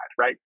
right